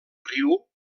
riu